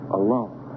alone